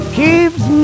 keeps